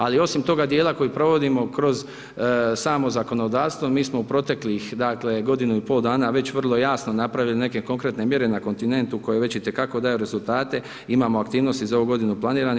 Ali osim toga dijela koji provodimo kroz samo zakonodavstvo mi smo u proteklih, dakle godinu i pol dana već vrlo jasno napravili neke konkretne mjere na kontinentu koje već itekako daju rezultate, imamo aktivnosti za ovu godinu planirane.